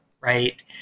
right